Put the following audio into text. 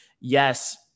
yes